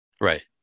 Right